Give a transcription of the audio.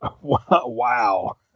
Wow